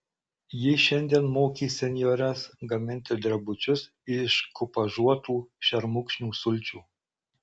ji šiandien mokys senjores gaminti drebučius iš kupažuotų šermukšnių sulčių